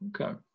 Okay